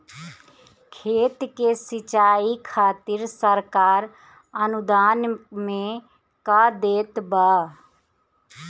खेत के सिचाई खातिर सरकार अनुदान में का देत बा?